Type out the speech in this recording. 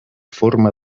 forma